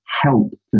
help